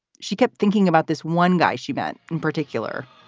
she kept thinking about this one guy she met, in particular,